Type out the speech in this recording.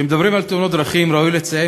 כשמדברים על תאונות דרכים ראוי לציין